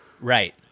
Right